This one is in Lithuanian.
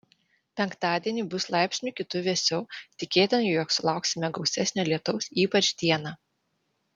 penktadienį bus laipsniu kitu vėsiau tikėtina jog sulauksime gausesnio lietaus ypač dieną